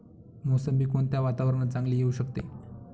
मोसंबी कोणत्या वातावरणात चांगली येऊ शकते?